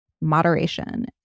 moderation